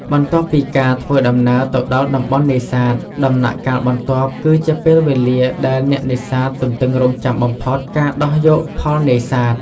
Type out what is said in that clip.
បន្ទាប់ពីការធ្វើដំណើរទៅដល់តំបន់នេសាទ ដំណាក់កាលបន្ទាប់គឺជាពេលវេលាដែលអ្នកនេសាទទន្ទឹងរង់ចាំបំផុត ការដោះយកផលនេសាទ។